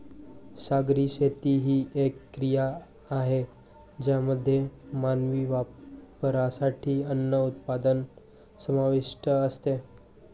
सागरी शेती ही एक क्रिया आहे ज्यामध्ये मानवी वापरासाठी अन्न उत्पादन समाविष्ट असते